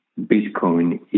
Bitcoin